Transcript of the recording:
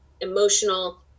Emotional